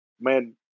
man